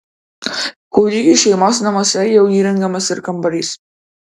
kūdikiui šeimos namuose jau įrengiamas ir kambarys